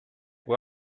kui